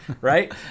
Right